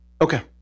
Okay